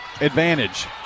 advantage